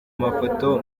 mafoto